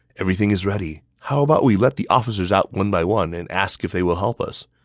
everything is ready. how about we let the officers out one by one and ask if they will help us?